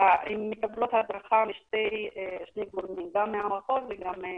הן מקבלות הדרכה משני גורמים: גם מהמחוז וגם משפ"י.